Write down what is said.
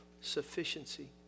sufficiency